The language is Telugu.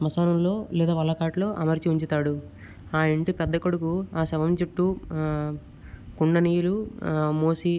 స్మశానంలో లేదా వల్లకాటిలో అమర్చి ఉంచుతాడు ఆ ఇంటి పెద్ద కొడుకు ఆ శవం చుట్టూ కుండ నీరు మోసి